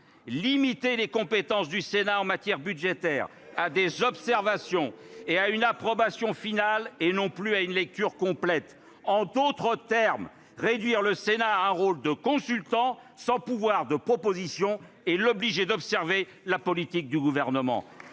limiter les compétences du Sénat en matière budgétaire à des observations et à une approbation finale, et non plus à une lecture complète ». Cela reviendrait à réduire le Sénat à un rôle de consultant, sans pouvoir de proposition, et d'observateur de la politique du Gouvernement.